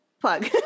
Plug